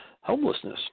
homelessness